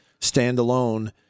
standalone